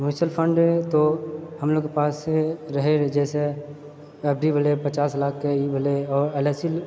mutual fund तो हमलोगके पास रहए जहिसँ एफ डी भेलय पचास लाखके ई भेलै आओर एल आइ सी